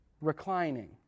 reclining